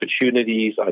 opportunities